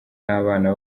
n’abana